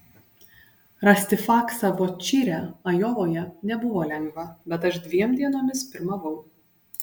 rasti faksą vot čire ajovoje nebuvo lengva bet aš dviem dienomis pirmavau